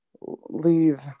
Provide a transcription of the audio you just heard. leave